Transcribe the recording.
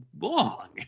long